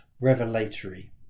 revelatory